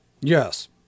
Yes